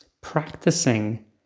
practicing